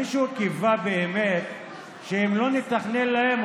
מישהו קיווה באמת שאם לא נתכנן להם,